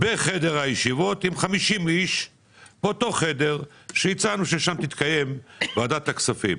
ועם עוד 50 אנשים בחדר הישיבות שהצענו שבו תתקיים ישיבת ועדת הכספים,